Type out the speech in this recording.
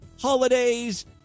holidays